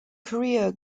career